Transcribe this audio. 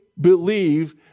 believe